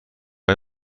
های